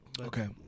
Okay